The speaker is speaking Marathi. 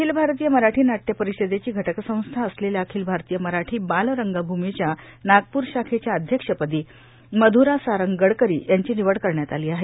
अखिल भारतीय मराठी नाट्य परिषदेची घटक संस्था असलेल्या अखिल भारतीय मराठी बालरंगभूमीच्या नागपूर शाखेच्या अध्यक्षपदी मध्रा सारंग गडकरी यांची निवड करण्यात आली आहे